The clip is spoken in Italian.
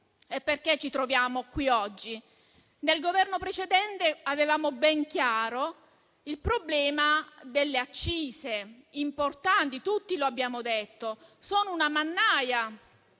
e perché ci troviamo qui oggi. Nel Governo precedente avevamo ben chiaro il problema delle accise: sono importanti, tutti lo abbiamo detto, ma sono una mannaia